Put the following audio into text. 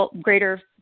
greater